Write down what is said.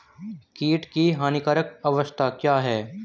कीट की हानिकारक अवस्था क्या है?